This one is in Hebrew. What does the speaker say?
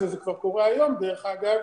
וזה כבר קורה היום דרך אגב,